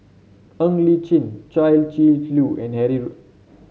Ng Li Chin Chia Shi Lu and Harry Ord